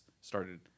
started